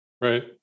Right